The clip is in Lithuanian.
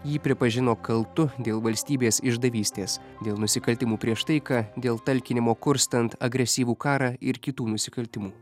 jį pripažino kaltu dėl valstybės išdavystės dėl nusikaltimų prieš taiką dėl talkinimo kurstant agresyvų karą ir kitų nusikaltimų